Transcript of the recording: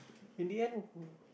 in the end